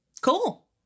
Cool